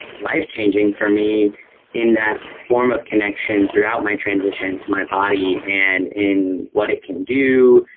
life-changing for me in that form of connection throughout my transition to my body, and in what it can do,